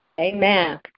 Amen